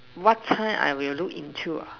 what time I will look into ah